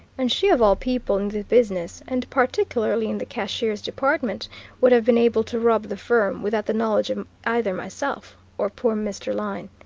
and she of all people in the business, and particularly in the cashier's department would have been able to rob the firm without the knowledge of either myself or poor mr. lyne.